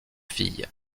filles